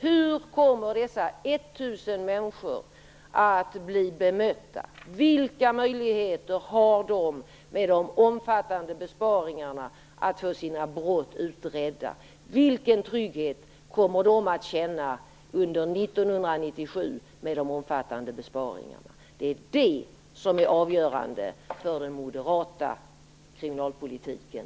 Hur kommer dessa 1 000 männniskor att bli bemötta? Vilka möjligheter finns det, med tanke på de omfattande besparingarna, att få dessa brott utredda? Vilken trygghet kommer de här människorna att kunna känna under 1997, med tanke på de omfattande besparingarna? Det är detta som är avgörande för den moderata kriminalpolitiken.